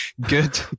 Good